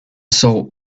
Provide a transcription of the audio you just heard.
salt